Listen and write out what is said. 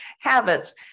habits